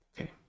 Okay